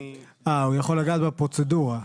הוא יכול לגעת בפרוצדורה.